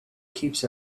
keeps